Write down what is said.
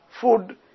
food